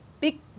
big